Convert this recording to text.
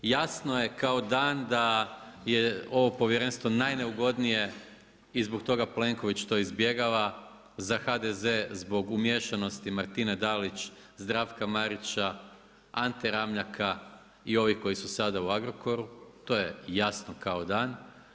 Jasno je kao dan da je ovo povjerenstvo najneugodnije i zbog toga Plenković to izbjegava, zbog HDZ, zbog umiješanosti Martine Dalić, Zdravka Marića, Ante Ramljaka i ovih koji su sada u Agrokoru, to je jasno kao dan.